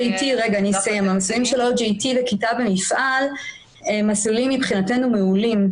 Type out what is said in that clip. המסלולים של ה-OGT וכיתה במפעל הם מסלולים מבחינתנו מעולים.